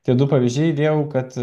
tie du pavyzdžiai įdėjau kad